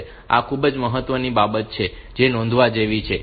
આ ખૂબ જ મહત્વની બાબત છે જે નોંધવા જેવી છે